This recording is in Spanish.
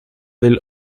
del